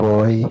Boy